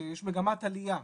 כשיש מגמת עלייה.